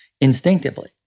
instinctively